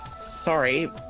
Sorry